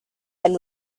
and